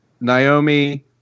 Naomi